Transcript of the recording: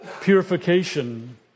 purification